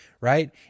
Right